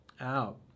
out